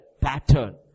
pattern